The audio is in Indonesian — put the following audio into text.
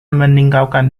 meninggalkan